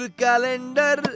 calendar